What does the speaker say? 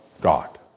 God